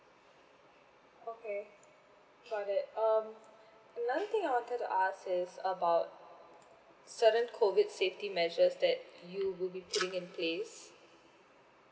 okay got it um another thing I wanted to ask is about certain COVID safety measures that you would be putting in place